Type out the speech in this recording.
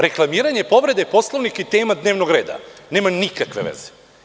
Reklamiranje povrede Poslovnika i tema dnevnog reda nema nikakve veze.